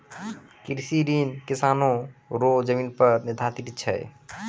कृषि ऋण किसानो रो जमीन पर निर्धारित छै